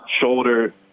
shoulder